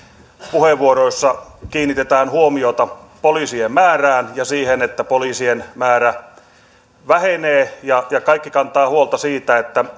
puheenvuoroissa kiinnitetään huomiota poliisien määrään ja siihen että poliisien määrä vähenee ja ja kaikki kantavat huolta siitä että